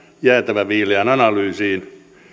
jäätävän viileään analyysiin